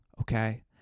Okay